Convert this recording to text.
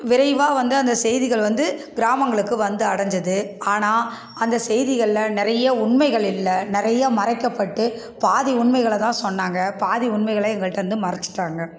விரைவாக வந்து அந்த செய்திகள் வந்து கிராமங்களுக்கு வந்து அடைஞ்சது ஆனால் அந்த செய்திகள்ல நிறைய உண்மைகள் இல்லை நிறைய மறைக்கப்பட்டு பாதி உண்மைகளை தான் சொன்னாங்க பாதி உண்மைகளை எங்கள்டேருந்து மறைச்சிட்டாங்க